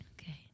okay